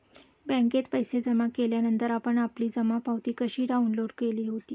बँकेत पैसे जमा केल्यानंतर आपण आपली जमा पावती कशी डाउनलोड केली होती?